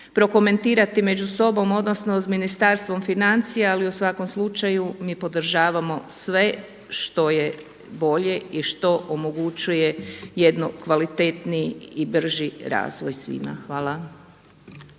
prokomentirati među sobom, odnosno uz Ministarstvo financija. Ali u svakom slučaju mi podržavamo sve što je bolje i što omogućuje jedan kvalitetniji i brži razvoj svima. Hvala.